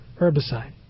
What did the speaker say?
herbicide